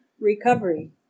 recovery